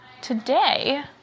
today